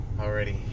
already